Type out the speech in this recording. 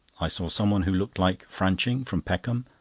i saw someone who looked like franching, from peckham,